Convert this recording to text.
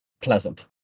pleasant